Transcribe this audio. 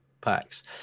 packs